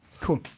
Cool